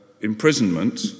imprisonment